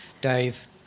dave